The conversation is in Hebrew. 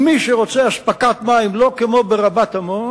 ומי שרוצה אספקת מים לא כמו ברבת-עמון,